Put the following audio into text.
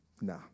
Nah